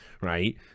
Right